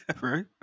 right